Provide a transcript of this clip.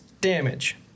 damage